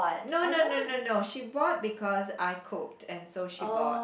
no no no no no she bought because I cooked and so she bought